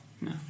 No